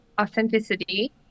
authenticity